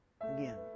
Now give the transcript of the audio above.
again